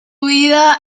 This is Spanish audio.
vida